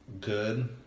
Good